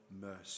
mercy